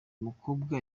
mukobwa